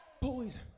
poison